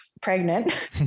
pregnant